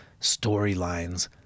storylines